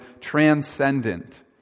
transcendent